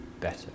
better